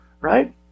right